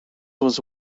was